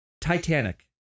Titanic